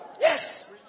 Yes